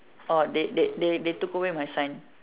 orh that they they they took away my sign